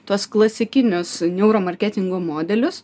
tuos klasikinius neuro marketingo modelius